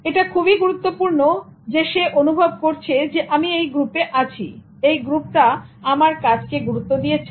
এটা খুবই গুরুত্বপূর্ণ যে সে অনুভব করছে যে আমি এই গ্রুপে আছি এই গ্রুপটা আমার কাজকে গুরুত্ব দিয়েছে